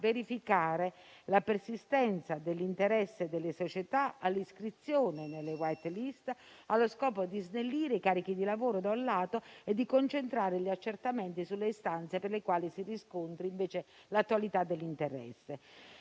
verificare la persistenza dell'interesse delle società all'iscrizione nelle *white list*, allo scopo di snellire i carichi di lavoro da un lato e di concentrare gli accertamenti sulle istanze per le quali si riscontri invece l'attualità dell'interesse.